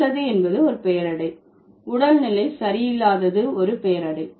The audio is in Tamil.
நல்லது என்பது ஒரு பெயரடை உடல்நிலை சரியில்லாதது ஒரு பெயரடை